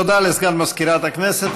תודה לסגן מזכירת הכנסת.